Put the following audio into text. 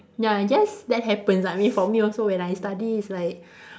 ya I guess that happens I mean for also when I study it's like